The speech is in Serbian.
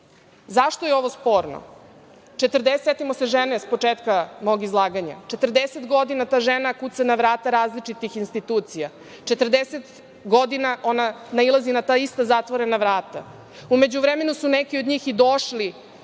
Zašto je ovo sporno? Setimo se žene s početka mog izlaganja. Ta žena 40 godina kuca na vrata različitih institucija, 40 godina ona nailazi na ta ista zatvorena vrata. U međuvremenu su neki od njih i došli